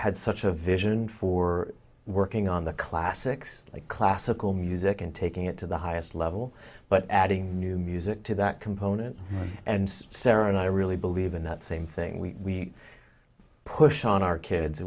had such a vision for working on the classics like classical music and taking it to the highest level but adding new music to that component and sarah and i really believe in that same thing we push on our kids